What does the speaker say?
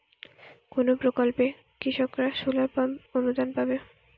কোন প্রকল্পে কৃষকরা সোলার পাম্প অনুদান পাবে?